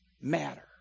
matter